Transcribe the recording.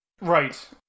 Right